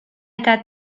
eta